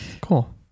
Cool